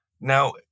Now